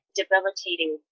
debilitating